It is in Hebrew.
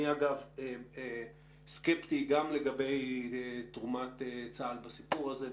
אני, אגב, סקפטי גם לגבי תרומת צה"ל בסיפור הזה.